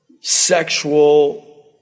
sexual